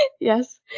Yes